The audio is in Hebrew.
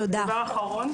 דבר אחרון,